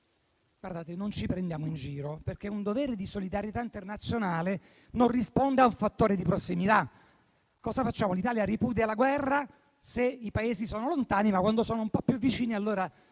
Non ci prendiamo in giro, perché il dovere di solidarietà internazionale non risponde a un fattore di prossimità. Cosa facciamo, l'Italia ripudia la guerra se i Paesi sono lontani, ma quando sono un po' più vicini allora